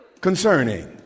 concerning